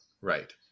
Right